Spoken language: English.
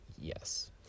Yes